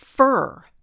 Fur